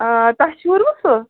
آ تۄہہِ شوٗروٕ سُہ